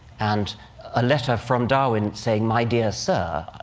and a letter from darwin saying, my dear sir,